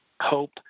hope